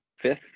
fifth